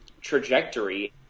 trajectory